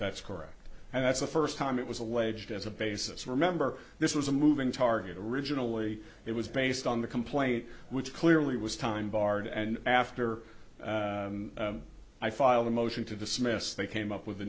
that's correct and that's the first time it was alleged as a basis remember this was a moving target originally it was based on the complaint which clearly was time barred and after i filed a motion to dismiss they came up with